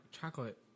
Chocolate